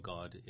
God